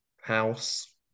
house